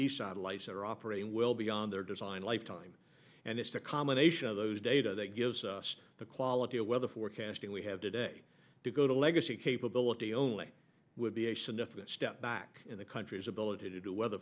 decide life that are operating will beyond their design lifetime and it's the combination of those data that gives us the quality of weather forecasting we have today to go to legacy capability only would be a significant step back in the country's ability to do weather